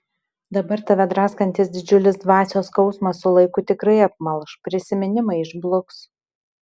dabar tave draskantis didžiulis dvasios skausmas su laiku tikrai apmalš prisiminimai išbluks